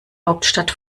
hauptstadt